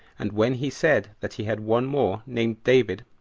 and when he said that he had one more, named david,